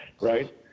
Right